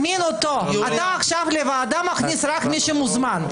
אתה לוועדה מכניס עכשיו רק מי שמוזמן.